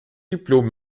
diplom